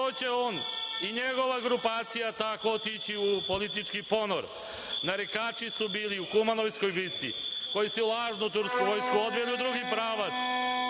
to će on i njegova grupacija tako otići u politički ponor. Narikači su bili u Kumanovskoj bici, koji su lažnu tursku vojsku odveli u drugi pravac